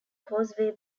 causeway